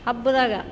ಹಬ್ಬದಾಗೆ